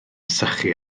sychu